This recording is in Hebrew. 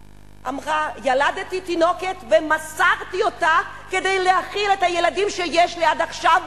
אמרה: ילדתי תינוקת ומסרתי אותה כדי להאכיל את הילדים שיש לי עד עכשיו,